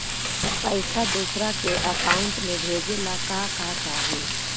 पैसा दूसरा के अकाउंट में भेजे ला का का चाही?